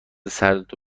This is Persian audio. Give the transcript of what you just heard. سردتو